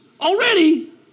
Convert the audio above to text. already